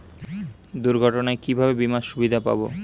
দুর্ঘটনায় কিভাবে বিমার সুবিধা পাব?